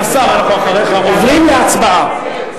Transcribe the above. אדוני השר, אחריך עוברים להצבעה.